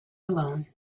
alone